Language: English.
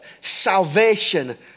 salvation